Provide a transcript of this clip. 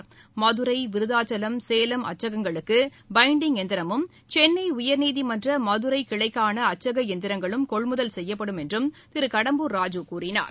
சேலம் மகிரை விருத்தாச்சலம் அச்சகங்களுக்குபைன்டங் இயந்திரமும் சென்னைஉயர்நீதிமன்றமதுரைகிளைக்கானஅச்சக இயந்திரங்களும் கொள்முதல் கெப்யப்படும் என்றும் திருகடம்பூர் ராஜூ கூறினார்